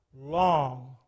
long